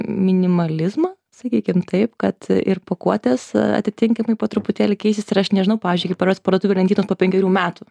minimalizmą sakykim taip kad ir pakuotes atitinkamai po truputėlį keisis ir aš nežinau pavyzdžiui kaip atrodys parduotuvių lentynos po penkerių metų